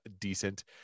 decent